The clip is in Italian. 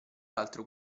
altro